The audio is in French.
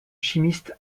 chimiste